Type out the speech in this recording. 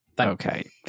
Okay